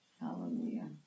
Hallelujah